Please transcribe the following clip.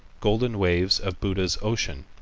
golden waves of buddha's ocean,